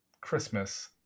Christmas